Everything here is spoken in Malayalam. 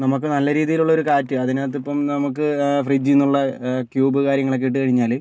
നമുക്ക് നല്ല രീതിയിലുള്ളൊരു കാറ്റ് അതിനകത്തിപ്പം നമുക്ക് ഫ്രിഡ്ജിനുള്ള ക്യൂബ് കാര്യങ്ങളൊക്കെ ഇട്ട് കഴിഞ്ഞാല്